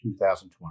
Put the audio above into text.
2020